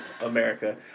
America